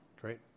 Great